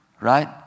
right